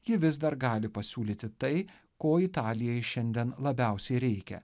ji vis dar gali pasiūlyti tai ko italijai šiandien labiausiai reikia